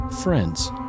friends